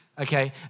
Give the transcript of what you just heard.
okay